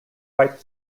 white